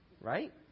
Right